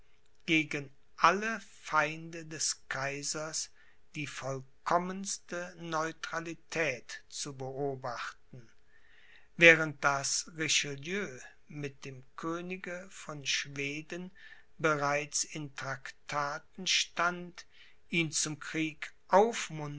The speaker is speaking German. gegen alle feinde des kaisers die vollkommenste neutralität zu beobachten während daß richelieu mit dem könige von schweden bereits in traktaten stand ihn zum krieg